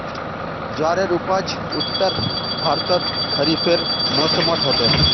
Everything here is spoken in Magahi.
ज्वारेर उपज उत्तर भर्तोत खरिफेर मौसमोट होचे